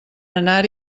anar